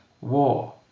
war